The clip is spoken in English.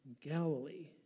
Galilee